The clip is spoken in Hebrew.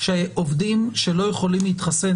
שעובדים שלא יכולים להתחסן,